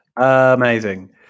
amazing